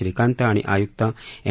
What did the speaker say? श्रीकांत आणि आयुक्त एम